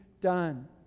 done